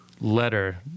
letter